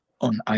on